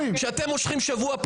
כשאתם מושכים פה שבוע,